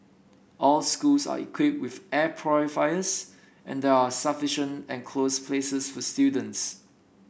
all schools are equipped with air purifiers and there are sufficient enclosed places for students